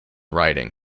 writing